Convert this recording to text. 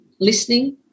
listening